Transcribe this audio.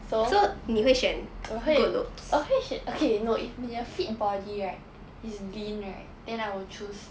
so 我会我会选 okay no if 你的 fit body right is lean right then I will choose